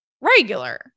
regular